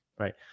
Right